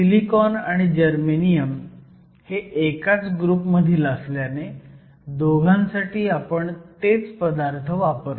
silicon आणि germanium हे एकाच ग्रुप मधील असल्याने दोघांसाठी आपण तेच पदार्थ वापरतो